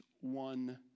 one